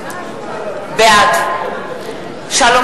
בעד שלום